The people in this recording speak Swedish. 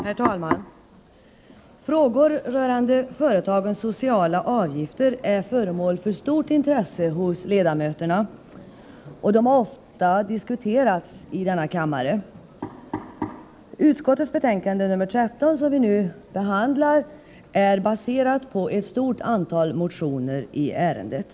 Herr talman! Frågor rörande företagens sociala avgifter är föremål för stort intresse bland ledamöterna, och de har ofta diskuterats i denna kammare. Socialförsäkringsutskottets betänkande nr 13, som vi nu behand lar, är baserat på ett stort antal motioner i ärendet.